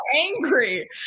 angry